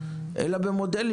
אלא במודלים,